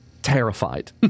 terrified